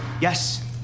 Yes